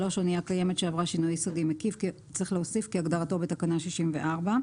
אנייה קיימת שעברה שינוי יסודי מקיף כהגדרתו בתקנה 64,